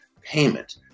payment